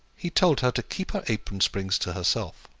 he told her to keep her apron-strings to herself.